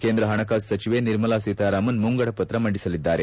ಕೇಂದ್ರ ಪಣಕಾಸು ಸಚಿವೆ ನಿರ್ಮಲಾ ಸೀತಾರಾಮನ್ ಮುಂಗಡಪತ್ರ ಮಂಡಿಸಲಿದ್ದಾರೆ